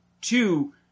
two